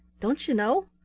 don't you know?